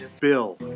Bill